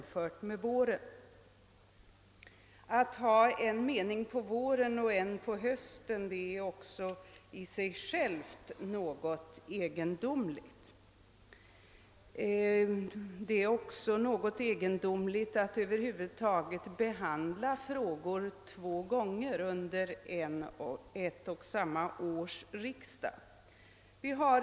Det är anmärkningsvärt. Att ha en mening på våren och en på hösten är i sig själv något egendomligt, liksom det på det hela taget är ganska märkligt att behandla samma fråga två gånger under ett och samma års riksdag.